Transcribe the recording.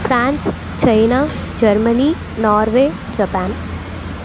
France China Germany Norway Japan